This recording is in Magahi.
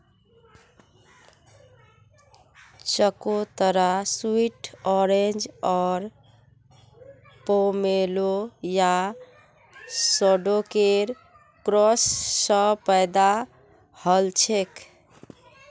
चकोतरा स्वीट ऑरेंज आर पोमेलो या शैडॉकेर क्रॉस स पैदा हलछेक